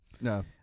No